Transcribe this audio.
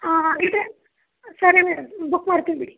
ಆಂ ಆಂ ಇದೆ ಸರಿ ಮೇಡಮ್ ಬುಕ್ ಮಾಡ್ತೀವಿ ಬಿಡಿ